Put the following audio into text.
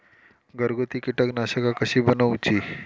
घरगुती कीटकनाशका कशी बनवूची?